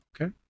okay